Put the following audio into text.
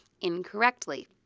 incorrectly